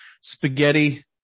spaghetti